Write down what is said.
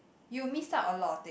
you miss out a lot of thing